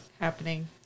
happening